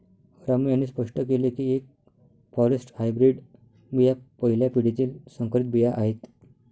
रामू यांनी स्पष्ट केले की एफ फॉरेस्ट हायब्रीड बिया पहिल्या पिढीतील संकरित बिया आहेत